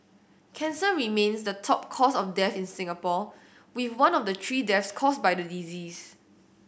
cancer remains the top cause of death in Singapore with one of the three deaths caused by the disease